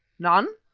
none?